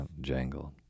jangled